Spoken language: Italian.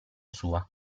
sua